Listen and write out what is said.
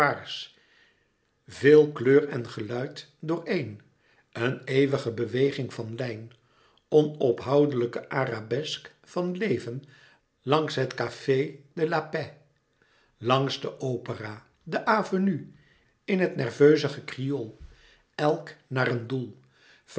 veel kleur en geluid dooreen een eeuwige beweging van lijn onophoudelijke arabesk van leven langs het café de la paix langs de opera de avenue in het nerveuze gekrioel elk naar een doel